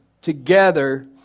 together